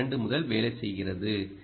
2 முதல் வேலை செய்கிறது